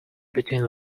between